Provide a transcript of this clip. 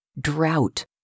drought